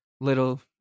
little